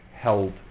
held